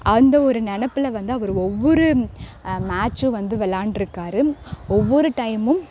அந்த ஒரு நினப்புல வந்து அவர் ஒவ்வொரு மேட்ச்சும் வந்து விளாண்ட்ருக்காரு ஒவ்வொரு டைமும்